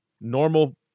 normal